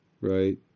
right